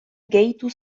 gehitu